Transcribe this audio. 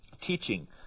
teaching